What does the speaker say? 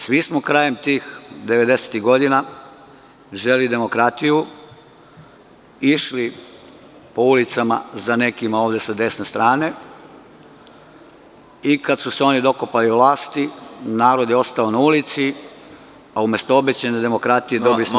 Svi smo krajem tih devedesetih godina želeli demokratiju i išli po ulicama za nekima ovde sa desne strane i kada su se dokopali vlasti narod je ostao na ulici, a umesto obećane demokratije dobili smo